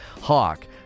hawk